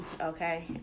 Okay